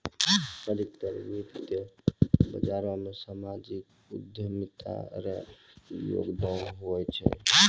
अधिकतर वित्त बाजारो मे सामाजिक उद्यमिता रो योगदान हुवै छै